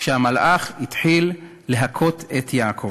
כשהמלאך התחיל להכות את יעקב.